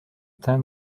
ten